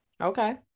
Okay